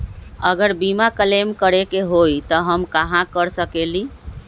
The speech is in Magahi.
अगर बीमा क्लेम करे के होई त हम कहा कर सकेली?